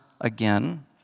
again